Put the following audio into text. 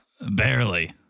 Barely